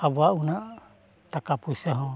ᱟᱵᱚᱣᱟᱜ ᱩᱱᱟᱹᱜ ᱴᱟᱠᱟ ᱯᱩᱭᱥᱟᱹ ᱦᱚᱸ